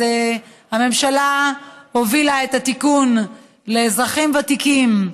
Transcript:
אז הממשלה הובילה את התיקון לאזרחים ותיקים,